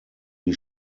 die